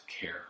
care